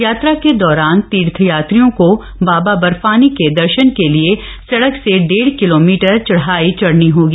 यात्रा के दौरान तीर्थयात्रियों को बाबा बर्फानी के दर्शन के लिए सड़क से डेढ़ किलोमीटर चढ़ाई चढ़नी होगी